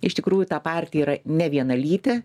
iš tikrųjų ta partija yra nevienalytė